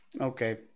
okay